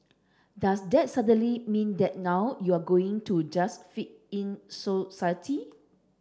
does that suddenly mean that now you're going to just fit in society